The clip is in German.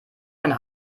einen